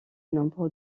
nombre